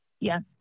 Yes